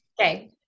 okay